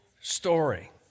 story